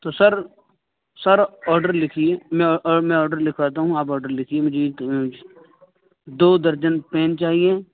تو sir sir order لکھ لکھیے میں میں آڈر لکھواتا دیتا ہوں آپ آڈر لکھیے دو درجن پین چاہیے